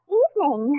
evening